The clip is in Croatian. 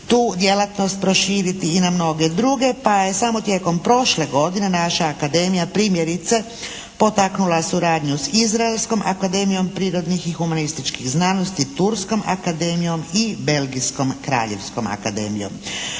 tu djelatnost proširiti i na mnoge druge pa je samo tijekom prošle godine naša akademija primjerice potaknula suradnju s Izraleskom akademijom prirodnih i humanističkih znanosti, Turskom akademijom i Belgijskom kraljevskom akademijom.